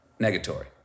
negatory